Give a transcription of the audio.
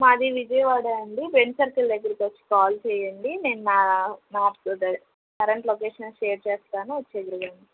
మాది విజయవాడ అండి Benz circle దగ్గరకు వచ్చి కాల్ చేయండి నేను మా మా కరెంట్ లొకేషన్ షేర్ చేస్తాను వచ్చేదురు కానీ